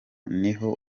niho